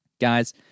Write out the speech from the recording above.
Guys